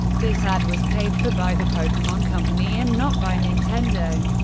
this ad was paid for by the pokemon company and not by nintendo.